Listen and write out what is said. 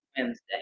Wednesday